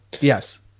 yes